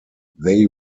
they